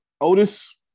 Otis